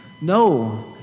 No